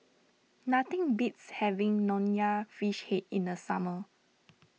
nothing beats having Nonya Fish Head in the summer